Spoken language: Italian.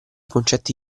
concetti